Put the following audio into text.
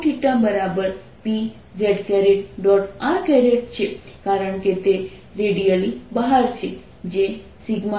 r છે કારણ કે તે રેડીયલી બહાર છે જે 2 Pcosθ છે